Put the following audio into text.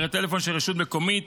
מספרי טלפון של רשות מקומית